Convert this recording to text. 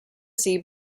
see